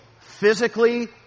Physically